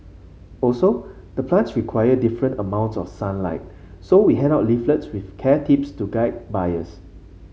also the plants require different amounts of sunlight so we hand out leaflet with care tips to guide buyers